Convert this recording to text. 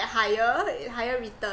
higher higher return